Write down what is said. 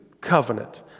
covenant